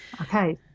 okay